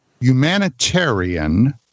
humanitarian